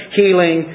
healing